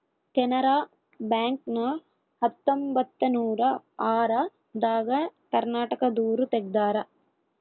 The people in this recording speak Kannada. ಕೆನಾರ ಬ್ಯಾಂಕ್ ನ ಹತ್ತೊಂಬತ್ತನೂರ ಆರ ದಾಗ ಕರ್ನಾಟಕ ದೂರು ತೆಗ್ದಾರ